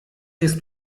jest